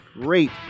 great